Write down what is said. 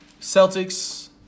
Celtics